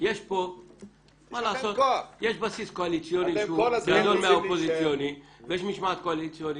יש בסיס קואליציוני ויש משמעת קואליציונית.